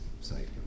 site